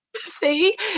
see